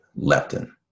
leptin